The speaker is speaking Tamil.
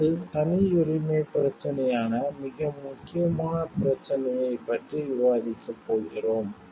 அடுத்து தனியுரிமைப் பிரச்சினையான மிக முக்கியமான பிரச்சினையைப் பற்றி விவாதிக்கப் போகிறோம்